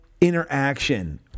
interaction